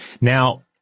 Now